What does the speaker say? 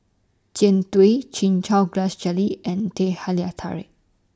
Jian Dui Chin Chow Grass Jelly and Teh Halia Tarik